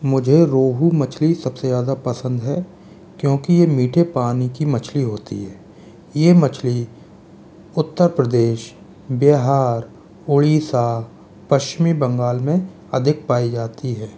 मुझे रोहु मछली सबसे ज़्यादा पसंद है क्योकि ये मीठे पानी की मछली होती है ये मछली उत्तर प्रदेश बिहार ओडिशा पश्चिमी बंगाल में अधिक पाई जाती है